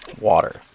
water